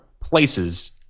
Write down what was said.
places